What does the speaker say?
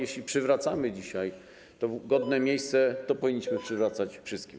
Jeśli przywracamy dzisiaj to godne miejsce, to powinniśmy przywracać wszystkim.